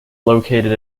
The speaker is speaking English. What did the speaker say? located